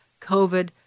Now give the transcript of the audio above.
COVID